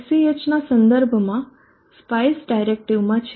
sch નાં સંદર્ભમાં spice ડાયરેક્ટિવમાં છે